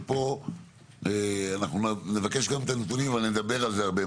ופה אנחנו נבקש גם את הנתונים אבל נדבר על זה הרבה,